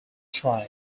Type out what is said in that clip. try